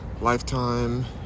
lifetime